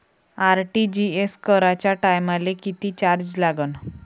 RTGS कराच्या टायमाले किती चार्ज लागन?